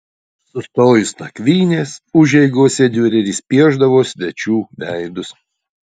sustojus nakvynės užeigose diureris piešdavo svečių veidus